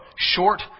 short